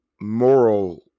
moral